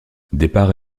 départ